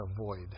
avoid